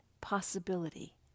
possibility